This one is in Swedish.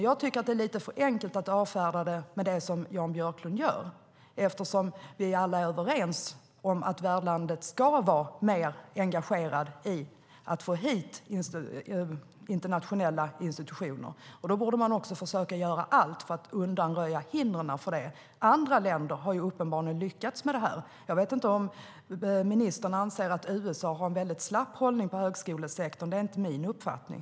Jag tycker att Jan Björklund avfärdar detta lite för enkelt, eftersom vi alla är överens om att värdlandet ska vara mer engagerat i att få hit internationella institutioner. Då borde man också försöka göra allt för att undanröja hindren för det. Andra länder har uppenbarligen lyckats med detta. Jag vet inte om ministern anser att USA har en väldigt slapp hållning i högskolesektorn. Det är i alla fall inte min uppfattning.